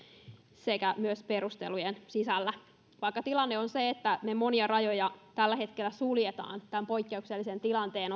sekä myös perustelujen sisällä vaikka tilanne on se että niin monia rajoja tällä hetkellä suljetaan tämän poikkeuksellisen tilanteen